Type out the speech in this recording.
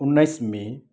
उन्नाइस मे